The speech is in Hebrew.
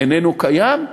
איננו קיים?